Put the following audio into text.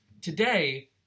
today